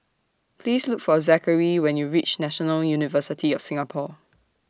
Please Look For Zakary when YOU REACH National University of Singapore